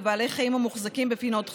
בבעלי חיים המוחזקים בפינות חי,